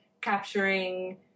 Capturing